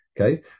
Okay